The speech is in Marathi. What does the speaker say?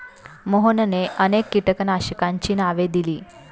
मोहनने अनेक कीटकनाशकांची नावे दिली